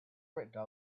written